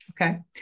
Okay